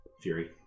Fury